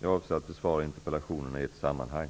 Jag avser att besvara interpellationerna i ett sammanhang.